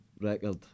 record